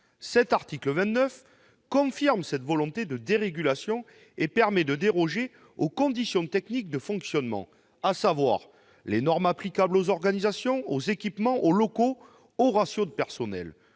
Cet article 29 confirme cette volonté de dérégulation ; il prévoit la possibilité de déroger aux conditions techniques de fonctionnement, c'est-à-dire aux normes applicables aux organisations, aux équipements, aux locaux, aux ratios de personnel.